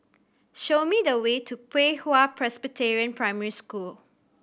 show me the way to Pei Hwa Presbyterian Primary School